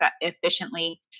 efficiently